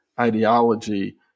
ideology